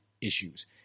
issues